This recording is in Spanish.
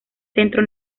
centro